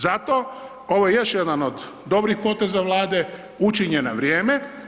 Zato ovo je još jedan od dobrih poteza Vlade, učinjen na vrijeme.